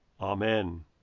Amen